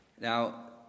Now